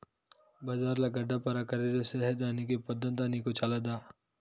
బజార్ల గడ్డపార ఖరీదు చేసేదానికి పొద్దంతా నీకు చాలదా